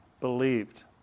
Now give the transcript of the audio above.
believed